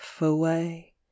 away